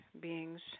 beings